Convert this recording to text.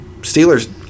Steelers –